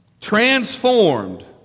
Transformed